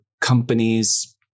companies